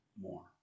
more